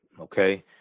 Okay